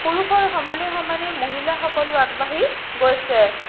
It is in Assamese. পুৰুষৰ সমানে সমানে মহিলাসকলো আগবাঢ়ি গৈছে